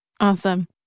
Awesome